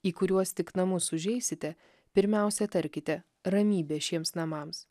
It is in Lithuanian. į kuriuos tik namus užeisite pirmiausia tarkite ramybė šiems namams